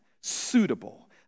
suitable